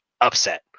upset